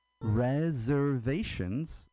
Reservations